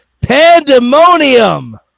Pandemonium